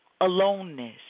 aloneness